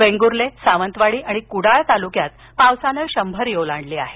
वेंगुर्ले सावंतवाडी आणि कुडाळ तालुक्यात पावसानं शंभरी ओलांडली आहे